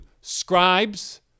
scribes